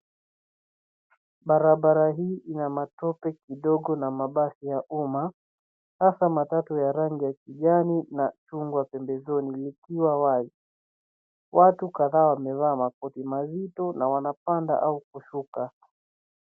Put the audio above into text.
Barabara hii ina matope kidogo na mabasi ya umma, hasa matatu ya rangi ya kijani na chungwa pembezoni likiwa wazi . Watu kadhaa wamevaa makoti mazito na wanapanda au kushuka.